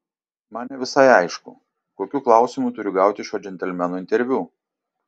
man ne visai aišku kokiu klausimu turiu gauti šio džentelmeno interviu